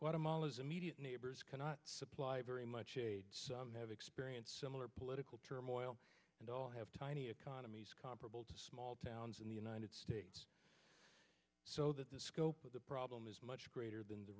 amal is immediate neighbors cannot supply very much have experienced similar political turmoil and all have tiny economies comparable to small towns in the united states so that the scope of the problem is much greater than the